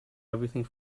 everything